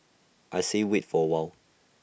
I say wait for while